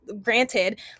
granted